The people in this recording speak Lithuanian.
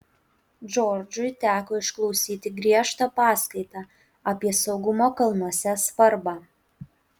džordžui teko išklausyti griežtą paskaitą apie saugumo kalnuose svarbą